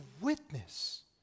witness